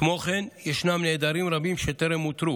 כמו כן, ישנם נעדרים רבים שטרם אותרו.